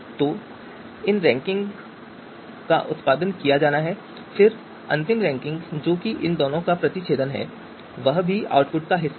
तो इन रैंकिंग का उत्पादन किया जाना है और फिर अंतिम रैंकिंग जो इन दोनों का प्रतिच्छेदन है वह भी आउटपुट का हिस्सा है